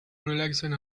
relaxing